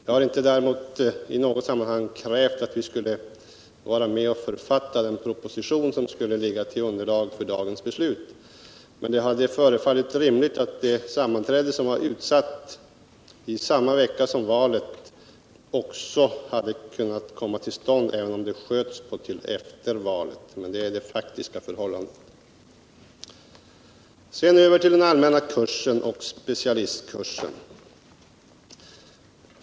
Jag har däremot inte i något sammanhang krävt att vi skulle vara med och författa den proposition som skulle ligga till grund för dagens beslut. Det förefaller rimligt att det sammanträde som var utsatt att äga rum samma vecka som valet också hade kunnat komma till stånd, även om det fick uppskjutas till efter valet. Sedan över till den allmänna kursen och specialistkursen.